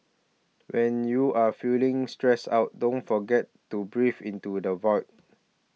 when you are feeling stressed out don't forget to breathe into the void